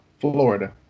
Florida